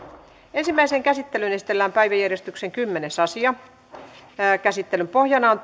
ensimmäiseen käsittelyyn esitellään päiväjärjestyksen kymmenes asia käsittelyn pohjana on